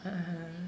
(uh huh)